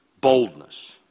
Boldness